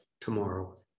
tomorrow